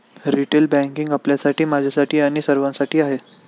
retail banking आपल्यासाठी, माझ्यासाठी आणि सर्वांसाठी आहे